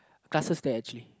castles there actually